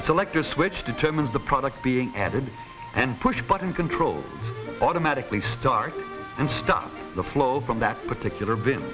selector switch determines the product being added and push button controls automatically start and stop the flow from that particular b